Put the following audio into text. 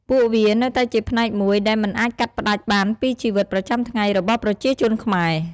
ពួកវានៅតែជាផ្នែកមួយដែលមិនអាចកាត់ផ្ដាច់បានពីជីវិតប្រចាំថ្ងៃរបស់ប្រជាជនខ្មែរ។